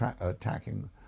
attacking